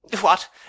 What